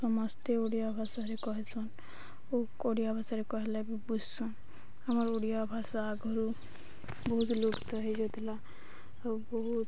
ସମସ୍ତେ ଓଡ଼ିଆ ଭାଷାରେ କହସନ୍ ଓ ଓଡ଼ିଆ ଭାଷାରେ କହିଲେ ବି ବୁଝସନ୍ ଆମର ଓଡ଼ିଆ ଭାଷା ଆଗରୁ ବହୁତ ଲୁପ୍ତ ହେଇଯାଉଥିଲା ଆଉ ବହୁତ